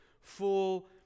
full